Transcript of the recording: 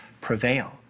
prevail